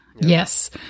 yes